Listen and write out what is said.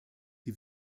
die